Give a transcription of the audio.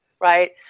Right